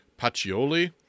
Pacioli